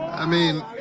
i mean,